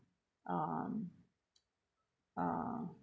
um uh